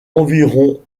environ